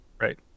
Right